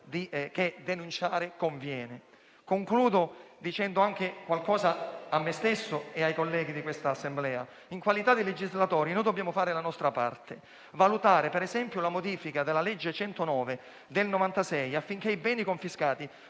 cui denunciare conviene. Concludo dicendo qualcosa a me stesso e ai colleghi dell'Assemblea: in qualità di legislatori dobbiamo fare la nostra parte, valutando ad esempio la modifica della legge n. 109 del 1996, affinché i beni confiscati